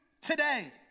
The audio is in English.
today